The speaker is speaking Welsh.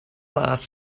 laeth